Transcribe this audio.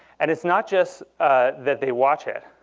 and it's not just that they watch it.